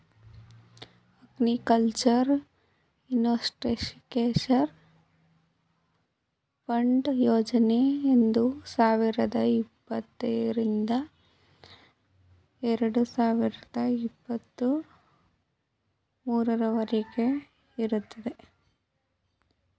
agriculture infrastructure fund ಯೋಜನೆ ಎರಡು ಸಾವಿರದ ಇಪ್ಪತ್ತರಿಂದ ಎರಡು ಸಾವಿರದ ಇಪ್ಪತ್ತ ಮೂರವರಗೆ ಇರುತ್ತದೆ